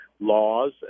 laws